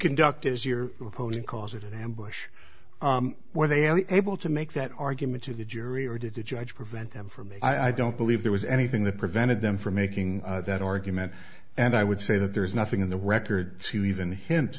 conduct as your opponent calls it an ambush where they are able to make that argument to the jury or did the judge prevent them from i don't believe there was anything that prevented them from making that argument and i would say that there is nothing in the record to even hint